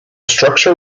structure